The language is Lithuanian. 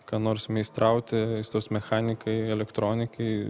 ką nors meistrauti aistros mechanikai elektronikai